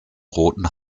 roten